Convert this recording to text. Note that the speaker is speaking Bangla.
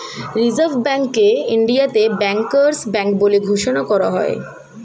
রিসার্ভ ব্যাঙ্ককে ইন্ডিয়াতে ব্যাংকার্স ব্যাঙ্ক বলে ঘোষণা করা হয়